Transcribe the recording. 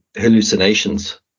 hallucinations